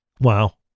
Wow